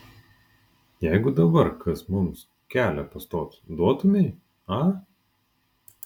jeigu dabar kas mums kelią pastotų duotumei a